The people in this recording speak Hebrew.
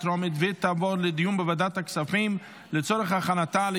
2023, לוועדת הכספים נתקבלה.